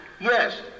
yes